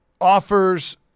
offers –